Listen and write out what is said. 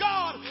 God